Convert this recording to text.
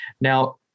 Now